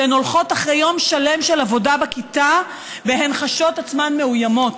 שהן הולכות אחרי יום שלם של עבודה בכיתה והן חשות עצמן מאוימות.